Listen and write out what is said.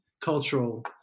cultural